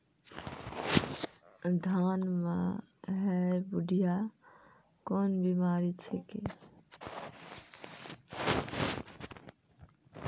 धान म है बुढ़िया कोन बिमारी छेकै?